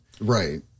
Right